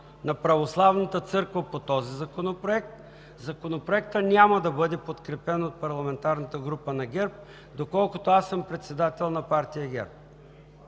на Православната църква по този законопроект, Законопроектът няма да бъде подкрепен от парламентарната група на ГЕРБ – докато аз съм председател на партия ГЕРБ.“